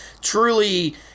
truly